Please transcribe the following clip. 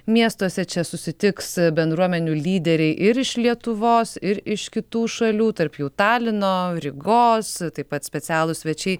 miestuose čia susitiks bendruomenių lyderiai ir iš lietuvos ir iš kitų šalių tarp jų talino rygos taip pat specialūs svečiai